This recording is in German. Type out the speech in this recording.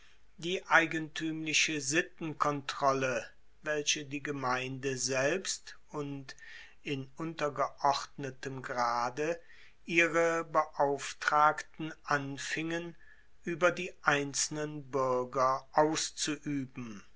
die eigentuemliche sittenkontrolle welche die gemeinde selbst und in untergeordnetem grade ihre beauftragten anfingen ueber die einzelnen buerger auszuueben